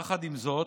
יחד עם זאת,